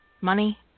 money